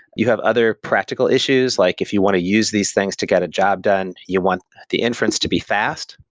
you have other practical issues, like if you want to use these things to get a job done, you want the inference to be fast,